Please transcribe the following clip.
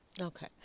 Okay